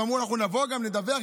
אמרו: אנחנו נבוא גם לדווח.